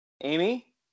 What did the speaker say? Amy